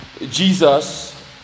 Jesus